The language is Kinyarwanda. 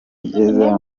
igeze